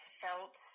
felt